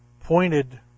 pointed